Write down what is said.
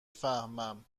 فهمم